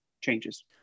changes